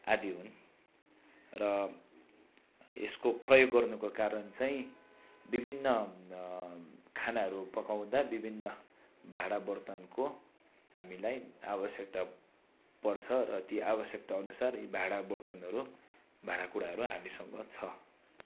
आदि हुन् र यसको प्रयोग गर्नुको कारण चाहिँ विभिन्न खानाहरू पकाउँदा विभिन्न भाँडा वर्तनको हामीलाई आवश्यक्ता पर्छ र ती आवश्यक्ता अनुसार यी भाँडा वर्तनहरू भाँडाकुँडाहरू हामीसँग छ